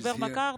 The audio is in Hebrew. היושב-ראש מקראתי,